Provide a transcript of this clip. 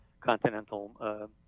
continental